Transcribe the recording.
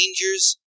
dangers